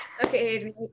okay